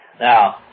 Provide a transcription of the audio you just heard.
Now